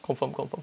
confirm confirm